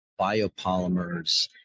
biopolymers